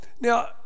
now